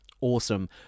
awesome